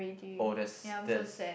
oh that's that's